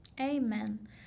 Amen